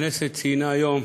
הכנסת ציינה היום